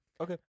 Okay